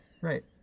Right